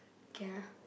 can ah